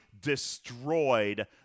destroyed